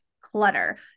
clutter